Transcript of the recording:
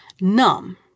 numb